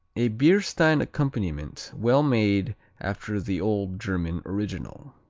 a beer stein accompaniment well made after the old german original.